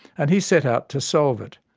and he set out to solve it.